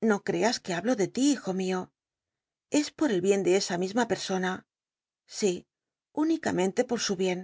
no creas que hablo de ti hijo mio es por el bien de c a misma persona sí únicamente por su bien